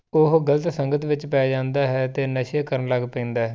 ਉਹ ਗਲਤ ਸੰਗਤ ਵਿੱਚ ਪੈ ਜਾਂਦਾ ਹੈ ਅਤੇ ਨਸ਼ੇ ਕਰਨ ਲੱਗ ਪੈਂਦਾ